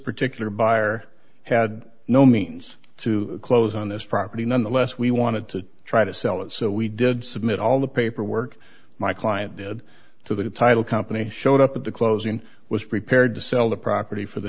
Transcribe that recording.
particular buyer had no means to close on this property nonetheless we wanted to try to sell it so we did submit all the paperwork my client did to the title company showed up at the closing was prepared to sell the property for the